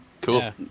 cool